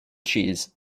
cheese